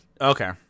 Okay